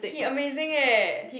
he amazing eh